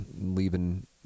leaving